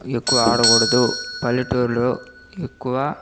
ఎక్కువ ఆడకూడదు పల్లెటూరిలో ఎక్కువ